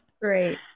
Great